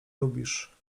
lubisz